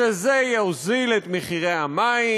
שזה יוזיל את המים,